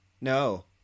No